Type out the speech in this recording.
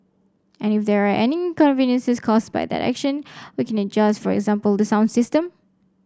and if there are any inconveniences caused by that action we can adjust for example the sound system